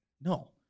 no